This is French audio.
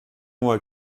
moi